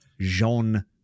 Jean